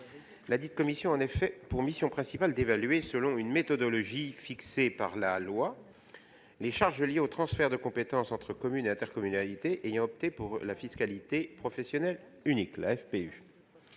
laquelle a pour mission principale d'évaluer, selon une méthodologie fixée par la loi, les charges liées aux transferts de compétences entre communes et intercommunalité ayant opté pour la fiscalité professionnelle unique, la FPU.